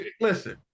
listen